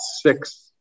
six